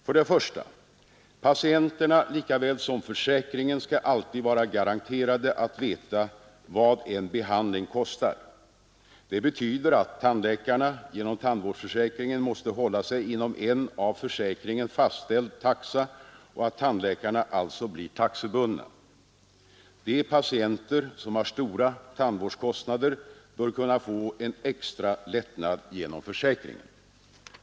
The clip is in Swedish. För det första: Patienterna lika väl som försäkringen skall alltid vara garanterade att veta vad en behandling kostar. Det betyder att tandläkarna genom tandvårdsförsäkringen måste hålla sig inom en av försäkringen fastställd taxa och att tandläkarna alltså blir taxebundna. De patienter som har stora tandvårdskostnader bör kunna få en extra lättnad genom försäkringen.